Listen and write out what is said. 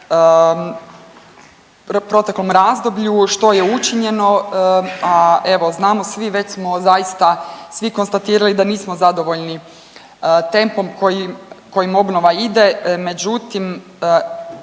proteklom razdoblju, što je učinjeno, a evo znamo svi već smo zaista svi konstatirali da nismo zadovoljni tempom kojim obnova ide. Međutim,